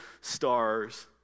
stars